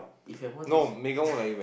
if you have more things